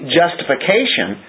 justification